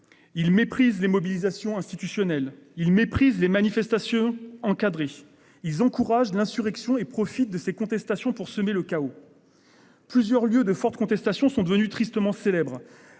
méprisent les mobilisations institutionnelles. Ils méprisent les manifestations encadrées. Ils encouragent l'insurrection et profitent des contestations pour semer le chaos. Plusieurs lieux de forte contestation sont devenus tristement célèbres